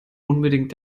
unbedingt